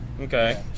okay